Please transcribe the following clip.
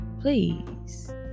please